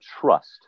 trust